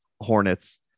Hornets